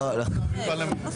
הבריאות למשרד